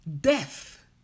death